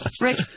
Rick